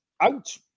out